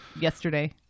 yesterday